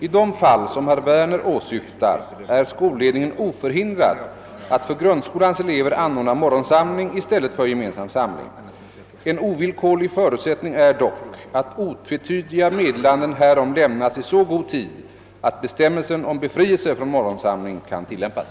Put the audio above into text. I de fall som herr Werner åsyftar är skolledningen oförhindrad att för grundskolans elever anordna morgonsamling i stället för gemensam samling. En ovillkorlig förutsättning är dock att otvetydiga meddelanden härom lämnas i så god tid att be stämmelsen om befrielse från morgonsamling kan tillämpas.